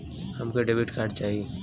हमके debit card चाही?